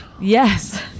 Yes